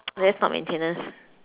that's not maintenance